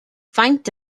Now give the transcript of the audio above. faint